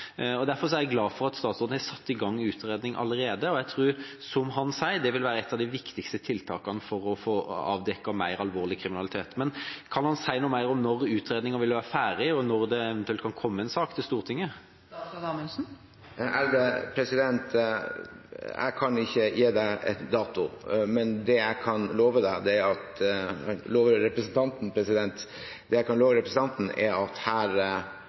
sammenlignbart. Derfor er jeg glad for at statsråden har satt i gang utredning allerede, og jeg tror at dette vil være, som han sier, et av de viktigste tiltakene for å få avdekket mer alvorlig kriminalitet. Men kan han si noe mer om når utredningen vil være ferdig, og når det eventuelt kan komme en sak til Stortinget? Jeg kan ikke gi en dato, men det jeg kan love representanten, er at her